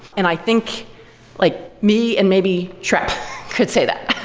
and i think like me and maybe trep could say that.